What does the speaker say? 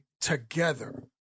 together